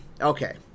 Okay